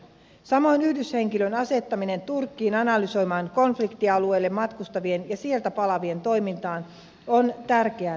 samoin yhdyshenkilön asettaminen turkkiin analysoimaan konfliktialueelle matkustavien ja sieltä palaavien toimintaa on tärkeää nykyajan toimintaa